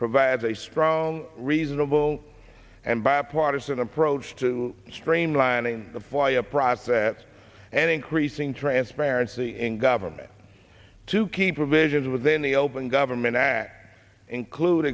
provides a strong reasonable and bipartisan approach to streamlining the fly a process and increasing transparency in government to keep provisions within the open government that include